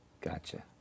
Gotcha